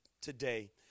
today